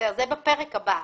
זה בפרק הבא.